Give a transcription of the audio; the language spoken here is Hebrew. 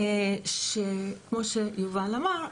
כמו שיובל אמר,